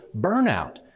Burnout